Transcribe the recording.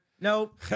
Nope